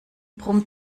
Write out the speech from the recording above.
brummt